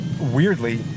weirdly